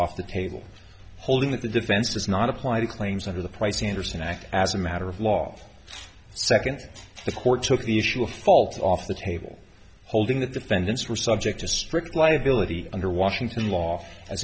off the table holding that the defense does not apply the claims under the price anderson act as a matter of law second the court took the issue of fault off the table holding the defendants were subject to strict liability under washington law